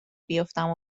بیفتم